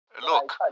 Look